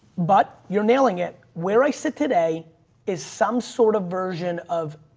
but you're nailing it. where i sit today is some sort of version of